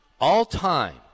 All-time